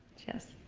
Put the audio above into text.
yes.